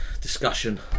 discussion